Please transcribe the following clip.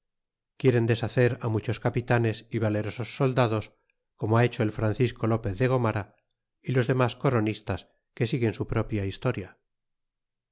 quieren deshacer á muchos capitanes y valerosos soldados como ha hecho el francisco lopez de gomera y los demas coronistas que siguen su propia historia